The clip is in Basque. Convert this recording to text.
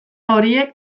horiek